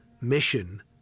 mission